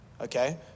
Okay